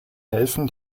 helfen